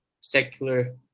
secular